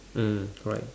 mm correct